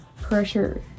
pressure